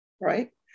right